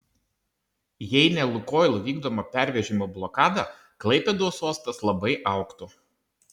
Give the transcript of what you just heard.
jei ne lukoil vykdoma pervežimų blokada klaipėdos uostas labai augtų